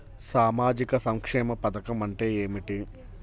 సామాజిక సంక్షేమ పథకం అంటే ఏమిటి?